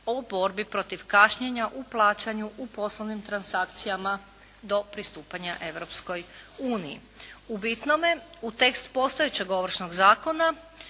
u borbi protiv kašnjenja u plaćanju u poslovnim transakcijama do pristupanja Europskoj uniji. U bitnome, u tekst postojećeg Ovršnog zakona